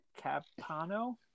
Capano